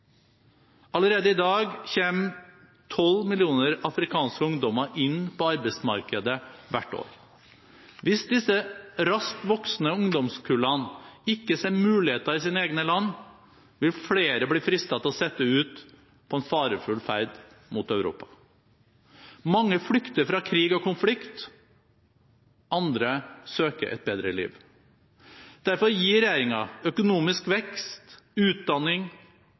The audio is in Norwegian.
Allerede i dag kommer tolv millioner afrikanske ungdommer inn på arbeidsmarkedet hvert år. Hvis disse raskt voksende ungdomskullene ikke ser muligheter i sine egne land, vil flere bli fristet til å sette ut på en farefull ferd mot Europa. Mange flykter fra krig og konflikt, andre søker et bedre liv. Derfor gir regjeringen økonomisk vekst, utdanning